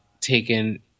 taken